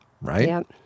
Right